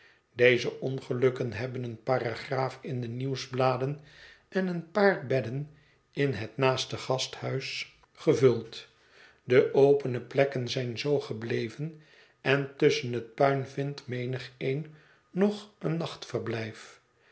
deze ongelukken hebben eene paragraaf in de nieuwsbladen en een paar bedden in het naaste gasthuis gevuld de opene plekken zijn zoo gebleven en tusschen het puin vindt menigeen nog een